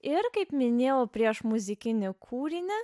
ir kaip minėjau prieš muzikinį kūrinį